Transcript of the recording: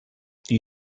die